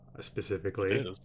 specifically